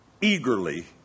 eagerly